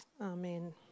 Amen